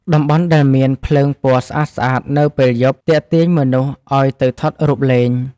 តំបន់ដែលមានភ្លើងពណ៌ស្អាតៗនៅពេលយប់ ទាក់ទាញមនុស្សឱ្យទៅថតរូបលេង។